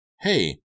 Hey